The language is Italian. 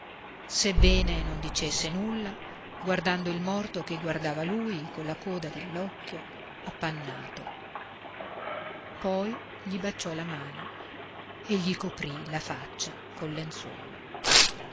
sebbene non dicesse nulla guardando il morto che guardava lui colla coda dell'occhio appannato poi gli baciò la mano e gli coprì la faccia col lenzuolo